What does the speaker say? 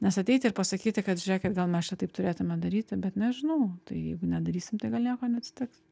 nes ateiti ir pasakyti kad žiūrėkit gal mes čia taip turėtume daryti bet nežinau tai jeigu nedarysim tai gal nieko neatsitiks